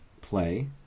play